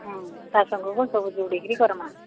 ହୁଁ ତା ସାଙ୍ଗକୁ ସବୁ ଯୋଡ଼ିକିରି କରିବା